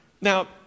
Now